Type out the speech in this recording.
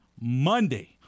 Monday